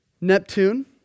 Neptune